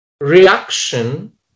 reaction